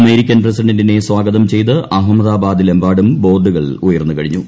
American പ്രസിഡന്റിനെ സ്വാഗതം ചെയ്ത് അഹമ്മദാബാദിലെമ്പാടും ബോർഡുകൾ ഉയർന്ന് കഴിഞ്ഞു